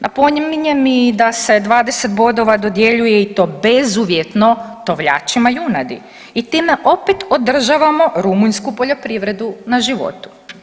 Napominjem i da se 20 bodova dodjeljuje i to bezuvjetno tovljačima junadi i time opet održavamo Rumunjsku poljoprivredu na životu.